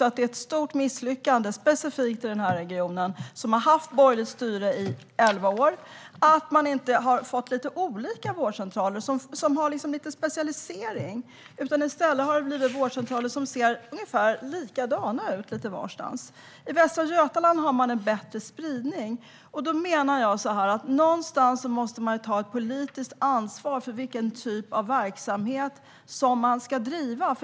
Men det är ett stort misslyckande, specifikt i den här regionen, med borgerligt styre i elva år, att det inte har blivit lite olika vårdcentraler med specialisering. I stället har det blivit vårdcentraler som ser ungefär likadana ut. I Västra Götaland är det en bättre spridning. Jag menar att man någonstans måste ta ett politiskt ansvar för vilken typ av verksamhet som ska drivas.